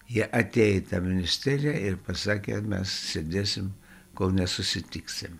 jie atėję į tą ministeriją ir pasakė kad mes sėdėsim kol nesusitiksim